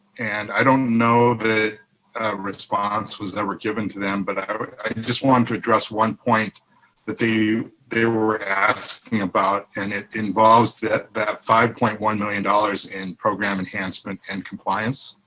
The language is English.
and i don't know that response was never given to them. but i just wanted to address one point that they were asking about and it involves that that five point one million dollars in program enhancement and compliance.